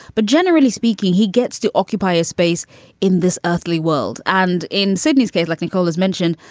but generally speaking, he gets to occupy a space in this earthly world. and in sydney's case, like nicole is mentioned.